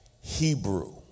Hebrew